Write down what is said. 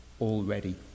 already